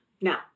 Now